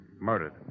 Murdered